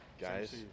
Guys